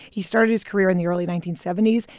he started his career in the early nineteen seventy s,